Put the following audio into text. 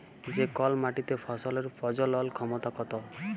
যে কল মাটিতে ফসলের প্রজলল ক্ষমতা কত